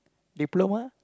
diploma